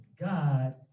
God